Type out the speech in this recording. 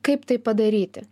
kaip tai padaryti